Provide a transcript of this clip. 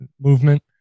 movement